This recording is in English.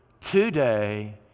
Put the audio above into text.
today